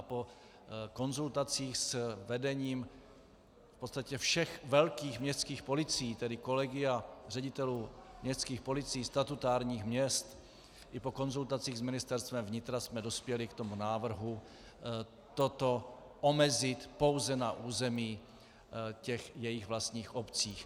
Po konzultacích s vedením v podstatě všech velkých městských policií, tedy kolegia ředitelů městských policií statutárních měst, i po konzultacích s Ministerstvem vnitra jsme dospěli k návrhu toto omezit pouze na území v těch jejich vlastních obcích.